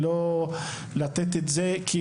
היה